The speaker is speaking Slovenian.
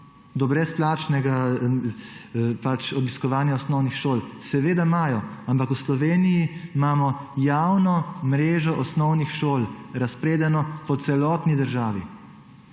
do brezplačnega obiskovanja osnovnih šol. Seveda imajo, ampak v Sloveniji imamo javno mrežo osnovnih šol razpredeno po celotni državi.